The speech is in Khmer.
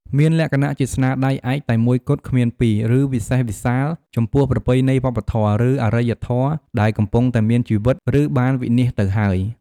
មានលក្ខណៈជាស្នាដៃឯកតែមួយគត់គ្មានពីរ ឬវិសេសវិសាលចំពោះប្រពៃណីវប្បធម៌ ឬអរិយធម៌ដែលកំពុងតែមានជីវិត ឬបានវិនាសទៅហើយ។